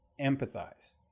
empathize